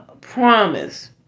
promise